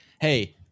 hey